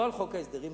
לא על חוק ההסדרים,